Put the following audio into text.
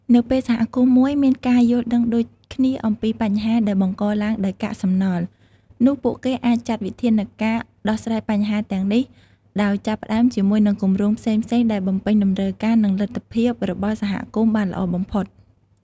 នៅពេលសហគមន៍មួយមានការយល់ដឹងដូចគ្នាអំពីបញ្ហាដែលបង្កឡើងដោយកាកសំណល់ នោះពួកគេអាចចាត់វិធានការដោះស្រាយបញ្ហាទាំងនេះ ដោយចាប់ផ្តើមជាមួយនឹងគម្រោងផ្សេងៗដែលបំពេញតម្រូវការនិងលទ្ធភាពរបស់សហគមន៍បានល្អបំផុត។